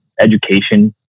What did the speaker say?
education